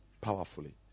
powerfully